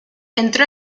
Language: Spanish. entró